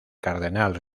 cardenal